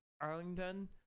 Arlington